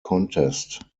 contest